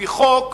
על-פי חוק,